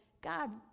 God